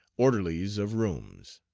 orderlies of rooms.